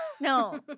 No